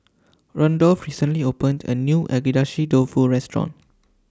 Randolf recently opened A New Agedashi Dofu Restaurant